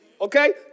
okay